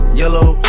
yellow